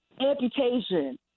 amputation